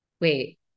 Wait